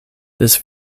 this